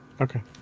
Okay